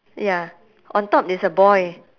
ya on top it's a boy